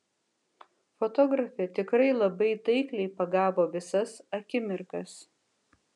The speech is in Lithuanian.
fotografė tikrai labai taikliai pagavo visas akimirkas